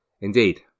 Indeed